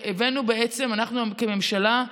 שהבאנו בעצם, אנחנו כממשלה,